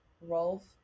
Rolf